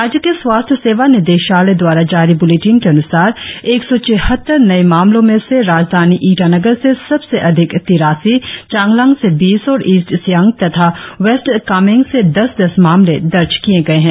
राज्य के स्वास्थ्य सेवा निदेशालय द्वारा जारी ब्लेटिन के अन्सार एक सौ छिहत्तर नए मामलों मे से राजधानी ईटानगर से सबसे अधिक तिरासी चांगलांग से बीस और ईस्ट सियांग तथा वेस्ट कामेंग से दस दस मामले दर्ज किए गए है